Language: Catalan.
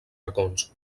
racons